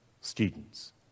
students